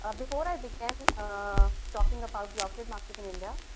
ah before i began ah talking about the off-grid market in india,